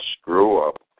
screw-up